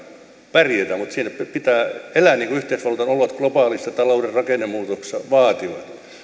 pärjätä mutta siinä pitää elää niin kuin yhteisvaluutan olot globaalissa talouden rakennemuutoksessa vaativat